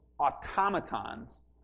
automatons